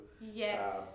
yes